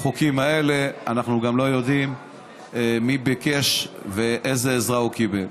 אנחנו גם לא יודעים מי ביקש ואיזו עזרה הוא קיבל.